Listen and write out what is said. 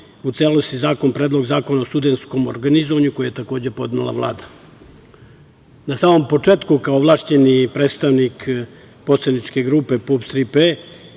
u celosti zakon, Predlog zakona o studentskom organizovanju, koji je takođe podnela Vlada. Na samom početku, kao ovlašćeni predstavnik poslaničke grupe PUPS-Tri